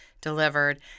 delivered